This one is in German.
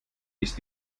ist